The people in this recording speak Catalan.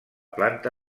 planta